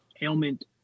ailment